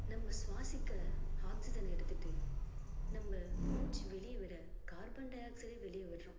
நம்ம சுவாசிக்க ஆக்சிஜனை எடுத்துகிட்டு நம்ம மூச்சு வெளியே விட கார்பன்டை ஆக்ஸைடை வெளியே விடுகிறோம்